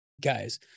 guys